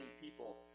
people